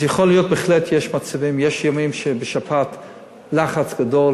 אז יכול להיות שיש ימים של לחץ גדול,